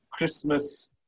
Christmas